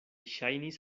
ŝajnis